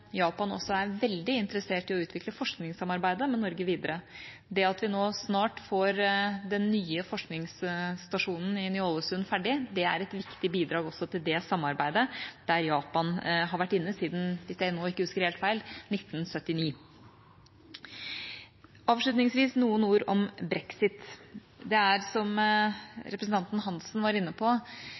Japan også er veldig interessert i å utvikle forskningssamarbeidet med Norge videre. Det at vi nå snart får den nye forskningsstasjonen i Ny-Ålesund ferdig, er et viktig bidrag til det samarbeidet, der Japan har vært inne siden – hvis jeg nå ikke husker helt feil – 1979. Avslutningsvis noen ord om brexit. Det er som representanten Hansen var inne på,